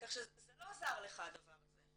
כך שזה לא עזר לך הדבר הזה.